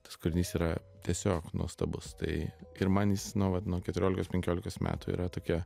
tas kūrinys yra tiesiog nuostabus tai ir man jis nu va nuo keturiolikos penkiolikos metų yra tokia